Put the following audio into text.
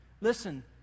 Listen